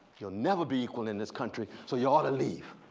you'll never be equal in this country, so you ought to leave.